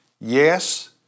yes